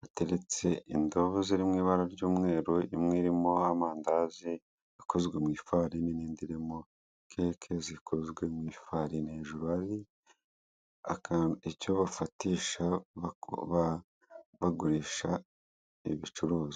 hateretse indobo ziri mu ibara ry'umweru, imwe irimo amandazi akozwe mu ifarini n'indi irimo keke zikozwe mu ifarini, hejuru hari icyo bafatisha bagurisha ibicuruzwa.